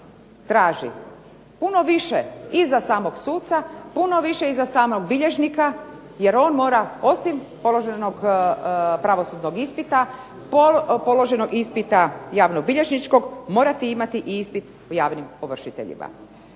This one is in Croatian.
traži puno više i za samog suca, puno više i za samog bilježnika jer on mora osim položenog pravosudnog ispita, položenog ispita javnobilježničkog morati imati i ispit o javnim ovršiteljima.